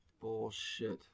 Bullshit